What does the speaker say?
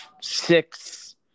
six